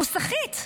הוא סחיט,